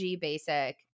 basic